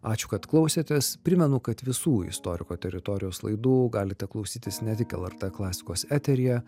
ačiū kad klausėtės primenu kad visų istoriko teritorijos laidų galite klausytis ne tik lrt klasikos eteryje